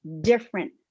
different